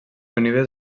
unides